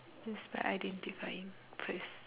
it's by identifying first